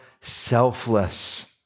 selfless